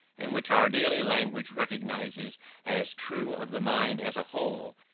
and which our daily language recognizes as true of the mind as a whole,